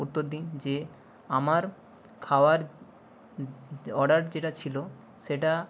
উত্তর দিন যে আমার খাওয়ার অর্ডার যেটা ছিল সেটা